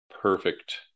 perfect